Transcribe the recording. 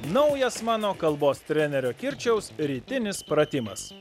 naujas mano kalbos trenerio kirčiaus rytinis pratimas